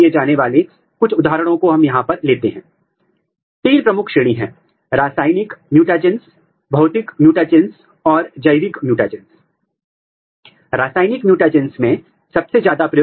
ऐसा करने के लिए आप इस वेक्टर को यहाँ से रेखीय करें और फिर इस क्षेत्र को एक एंटीसेंस प्रोब के रूप में ट्रांस करने के लिए T 3 RNA पोलीमरेज़ का उपयोग करें